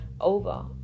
over